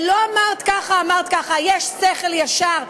"לא אמרת ככה", "אמרת ככה" יש שכל ישר.